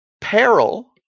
Peril